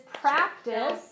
practice